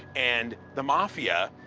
and the mafia,